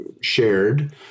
shared